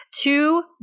two